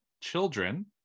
children